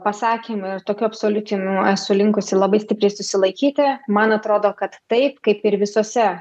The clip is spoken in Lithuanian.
pasakymų ir tokių absoliučiai nu esu linkusi labai stipriai susilaikyti man atrodo kad taip kaip ir visose